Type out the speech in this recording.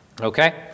Okay